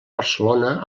barcelona